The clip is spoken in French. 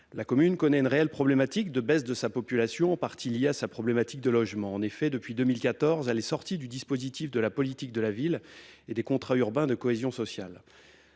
La commune connaît une réelle problématique de baisse de sa population, en partie liée à sa problématique de logement. En effet, depuis 2014, elle est sortie du dispositif de la politique de la ville et des contrats urbains de cohésion sociale